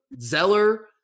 Zeller